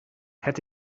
het